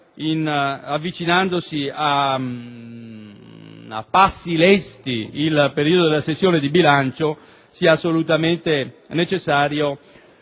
avvicinandosi a passi lesti il periodo della sessione di bilancio, sia assolutamente necessario